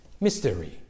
mystery